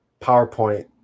PowerPoint